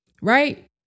right